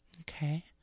Okay